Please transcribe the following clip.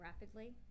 rapidly